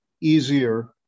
easier